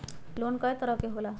Loan कय तरह के होला?